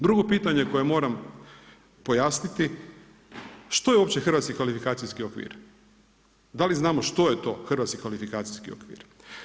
Drugo pitanje koje moram pojasniti što je uopće hrvatski kvalifikacijski okvir, da li znamo što je to hrvatski kvalifikacijski okvir?